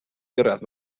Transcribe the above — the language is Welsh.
gyrraedd